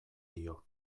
dio